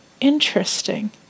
Interesting